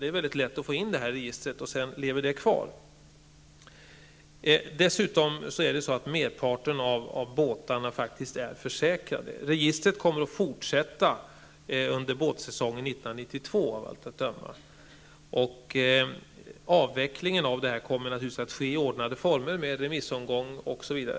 Det är lätt att få in dessa uppgifter i registret, och sedan lever de kvar. Dessutom är merparten av båtarna försäkrade. Registret kommer att fortsätta under båtsäsongen 1992 av allt att döma. Avvecklingen kommer att ske i ordnade former, med remissomgång osv.